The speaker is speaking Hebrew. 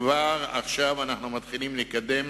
כבר עכשיו אנחנו מתחילים לקדם